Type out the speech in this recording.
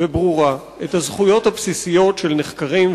וברורה את הזכויות הבסיסיות של נחקרים,